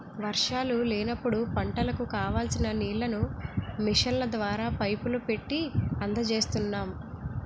వర్షాలు లేనప్పుడు పంటలకు కావాల్సిన నీళ్ళను మిషన్ల ద్వారా, పైపులు పెట్టీ అందజేస్తున్నాం